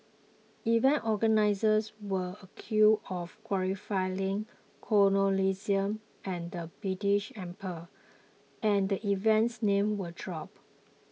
event organisers were accused of glorifying colonialism and the British Empire and the event's name was dropped